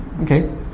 Okay